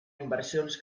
inversions